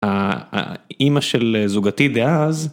האימא של זוגתי דאז